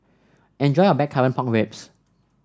enjoy your Blackcurrant Pork Ribs